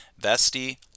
Vesti